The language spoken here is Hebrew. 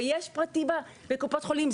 ויש פרטי בקופות חולים,